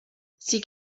sie